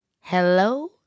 Hello